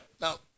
Now